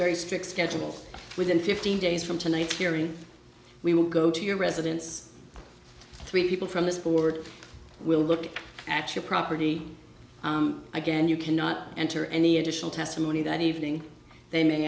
very strict schedule within fifteen days from tonight's hearing we will go to your residence three people from this board will look at actual property again you cannot enter any additional testimony that evening they may